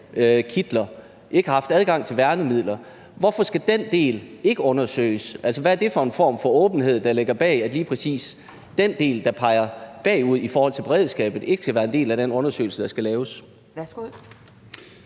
ikke have haft adgang til værnemidler. Hvorfor skal den del ikke undersøges? Altså, hvad er det for en form for åbenhed, der ligger bag, at lige præcis den del, der peger bagud i forhold til beredskabet, ikke skal være en del af den undersøgelse, der skal laves?